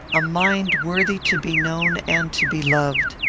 a mind worthy to be known and to be loved.